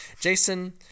Jason